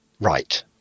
right